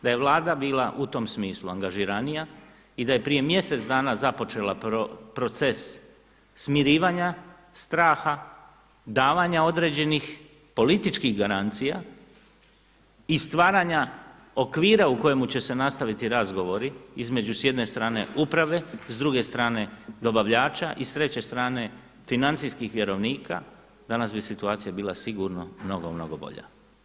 Da je Vlada bila u tom smislu angažiranija i da je prije mjesec dana započela proces smirivanja straha, davanja određenih političkih garancija i stvaranja okvira u kojemu će se nastaviti razgovori između s jedne strane uprave, s druge strane dobavljača i s treće strane financijskih vjerovnika, danas bi situacija bila sigurno mnogo, mnogo bolja.